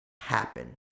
happen